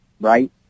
right